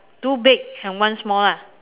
two big and one small lah